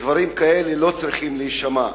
דברים כאלה לא צריכים להישמע.